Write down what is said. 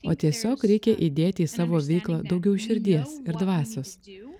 o tiesiog reikia įdėti į savo veiklą daugiau širdies ir dvasios